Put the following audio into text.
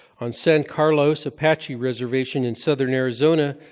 on san carlos apache reservation in southern arizona,